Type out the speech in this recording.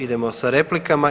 Idemo sa replikama.